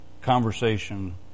conversation